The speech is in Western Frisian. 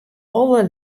alle